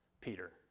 Peter